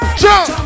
jump